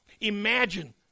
Imagine